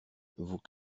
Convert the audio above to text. vous